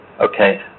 okay